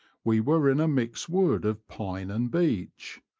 we were in a mixed wood of pine and beech.